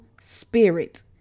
spirit